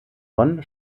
bonn